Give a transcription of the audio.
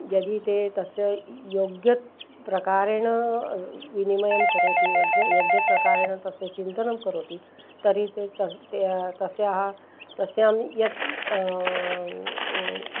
यदि ते तस्य योग्यप्रकारेण विनिमयं करोति वोग् योग्यप्रकारेण तस्य चिन्तनं करोति तर्हि ते तस्य ते तस्याः तस्यां यत्